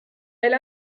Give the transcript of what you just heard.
elle